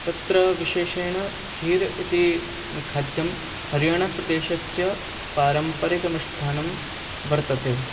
तत्र विशेषेण खीर् इति खाद्यं हरियाणाप्रदेशस्य पारम्परिकमिष्ठान्नं वर्तते